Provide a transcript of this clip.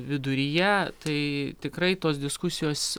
viduryje tai tikrai tos diskusijos